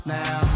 now